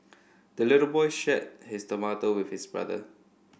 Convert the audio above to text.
the little boy shared his tomato with his brother